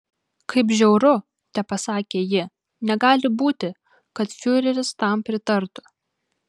kaip žiauru tepasakė ji negali būti kad fiureris tam pritartų